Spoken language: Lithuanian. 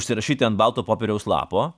užsirašyti ant balto popieriaus lapo